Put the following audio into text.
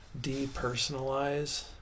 depersonalize